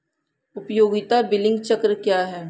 उपयोगिता बिलिंग चक्र क्या है?